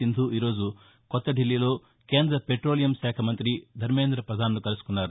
సింధు ఈ రోజు కొత్త దిల్లీలో కేంద్ర పెట్రోలియం శాఖ మంత్రి ధర్మేంద్ర ప్రధాన్ను కలుసుకున్నారు